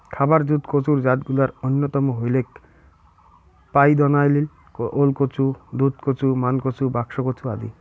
খাবার জুত কচুর জাতগুলার অইন্যতম হইলেক পাইদনাইল, ওলকচু, দুধকচু, মানকচু, বাক্সকচু আদি